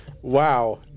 wow